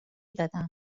دادم